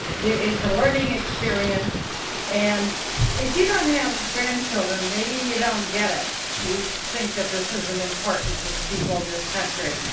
it's a learning experience and if you don't have grandchildren, maybe you don't get it. you think that this isn't important to the people in this country.